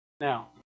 Now